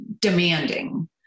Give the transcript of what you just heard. demanding